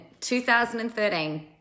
2013